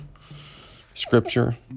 scripture